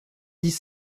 dix